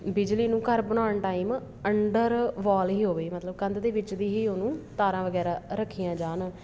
ਬਿਜਲੀ ਨੂੰ ਘਰ ਬਣਾਉਣ ਟਾਈਮ ਅੰਡਰ ਵੋਲ ਹੀ ਹੋਵੇ ਮਤਲਬ ਕੰਧ ਦੇ ਵਿੱਚ ਦੀ ਹੀ ਉਹਨੂੰ ਤਾਰਾਂ ਵਗੈਰਾ ਰੱਖੀਆਂ ਜਾਣ